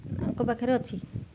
ଆଙ୍କ ପାଖରେ ଅଛି